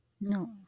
No